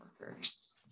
workers